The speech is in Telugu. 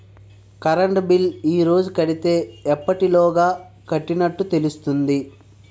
కరెంట్ బిల్లు ఈ రోజు కడితే ఎప్పటిలోగా కట్టినట్టు తెలుస్తుంది?